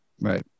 Right